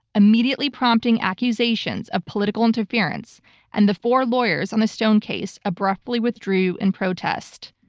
immediately prompting accusations of political interference and the four lawyers on the stone case abruptly withdrew in protest.